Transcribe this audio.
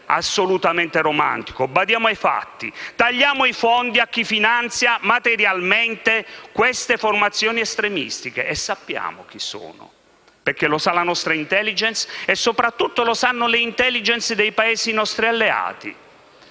assolutamente romantico. Badiamo ai fatti. Tagliamo i fondi a chi finanzia materialmente le formazioni terroristiche, perché sappiamo chi sono; lo sa la nostra *intelligence* e soprattutto lo sanno le *intelligence* dei Paesi nostri alleati.